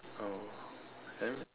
oh then